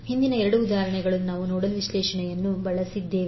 ಹಿಂದಿನ ಎರಡು ಉದಾಹರಣೆಗಳಲ್ಲಿ ನಾವು ನೋಡಲ್ ವಿಶ್ಲೇಷಣೆಯನ್ನು ಬಳಸಿದ್ದೇವೆ